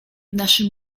naszym